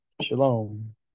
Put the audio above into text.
shalom